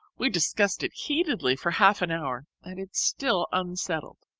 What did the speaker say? we discussed it heatedly for half an hour and it's still unsettled.